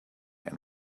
and